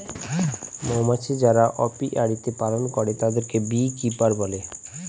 মৌমাছি যারা অপিয়ারীতে পালন করে তাদেরকে বী কিপার বলে